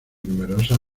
numerosas